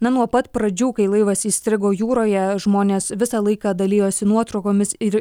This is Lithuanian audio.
na nuo pat pradžių kai laivas įstrigo jūroje žmonės visą laiką dalijosi nuotraukomis ir